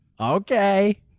Okay